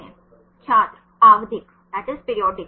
छात्र आवधिक